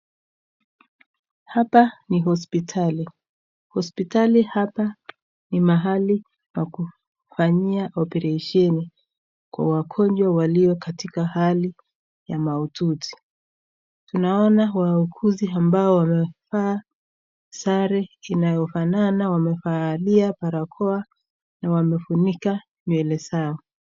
Hapa ni hospitali. Hospitali hapa ni mahali pa kufanyia oparesheni kwa wagonjwa walio katika hali ya mahututi. Tunaona wauguzi ambao wamevaa sare inayofanana, wamevaa barakoa na wamefunika nywele zao.